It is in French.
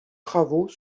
travaux